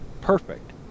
perfect